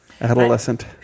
adolescent